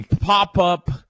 pop-up